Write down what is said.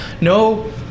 No